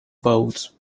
boats